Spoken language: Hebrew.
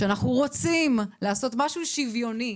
שאנחנו רוצים לעשות משהו שוויוני,